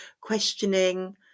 questioning